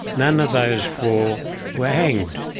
none of those four were hanged.